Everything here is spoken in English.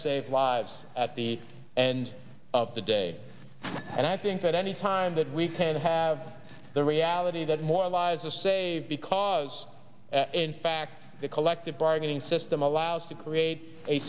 save lives at the end of the day and i think that any time that we can have the reality that more lives are saved because in fact the collective bargaining system allows to create a